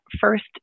first